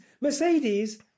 Mercedes